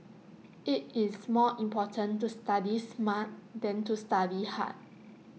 IT is more important to study smart than to study hard